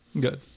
Good